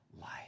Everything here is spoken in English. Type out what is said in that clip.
life